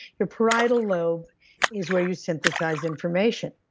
your parietal lobe is where you synthesize information.